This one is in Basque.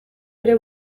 bere